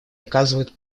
оказывают